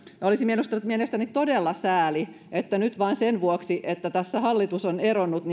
ja olisi mielestäni todella sääli että nyt vain sen vuoksi että hallitus on eronnut